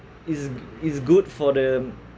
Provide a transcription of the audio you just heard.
it's it's good for them